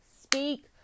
Speak